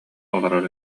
олорор